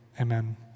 amen